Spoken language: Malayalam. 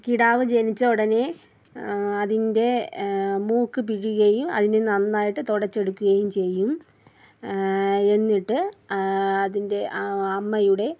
കിടാവ് ജനിച്ച ഉടനെ അതിൻ്റെ മൂക്കു പിഴിയുകയും അതിനെ നന്നായിട്ട് തുടച്ചെടുക്കുകയും ചെയ്യും എന്നിട്ട് അതിൻ്റെ അമ്മയുടെ